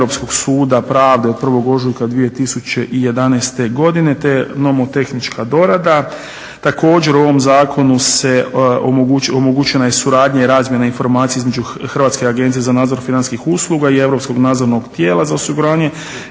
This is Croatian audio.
Hrvatske Agencije za nadzor financijskih usluga i Europskog nadzornog tijela za osiguranje